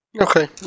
Okay